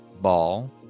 ball